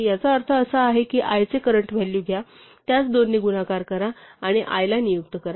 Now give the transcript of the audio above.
याचा अर्थ असा आहे की i चे करंट व्हॅल्यू घ्या त्यास दोनने गुणाकार करा आणि i ला नियुक्त करा